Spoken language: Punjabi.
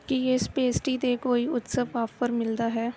ਕੀ ਇਸ ਪੇਸਟਰੀ 'ਤੇ ਕੋਈ ਉਤਸਵ ਆਫ਼ਰ ਮਿਲਦਾ ਹੈ